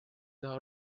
teha